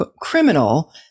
criminal